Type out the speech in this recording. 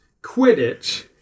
Quidditch